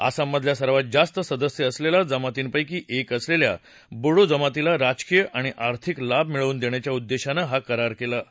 आसामधल्या सर्वात जास्त सदस्य असलेल्या जमातींपैकी एक असलेल्या बोडो जमातीला राजकीय आणि आर्थिक लाभ मिळवून देण्याच्या उद्देशानं हा करार केला होता